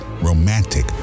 romantic